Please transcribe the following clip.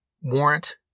Warrant